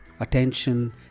Attention